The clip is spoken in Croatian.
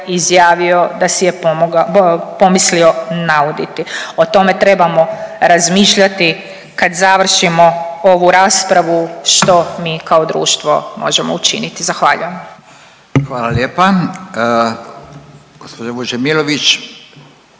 izjavio da si je pomislio nauditi. O tome trebamo razmišljati kad završimo ovu raspravu što mi kao društvo možemo učiniti. Zahvaljujem. **Radin, Furio